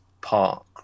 park